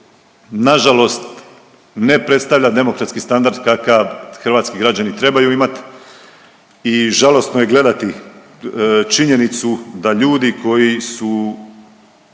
nažalost ne predstavlja demokratski standard kakav hrvatski građani trebaju imati i žalosno je gledati činjenicu da ljudi koji su